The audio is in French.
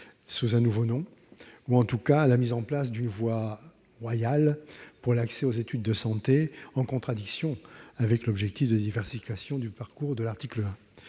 sous un nouveau nom, en tout cas la mise en place d'une voie royale pour l'accès aux études de santé, en contradiction avec l'objectif de diversification des parcours prévus à l'article 1.